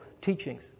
teachings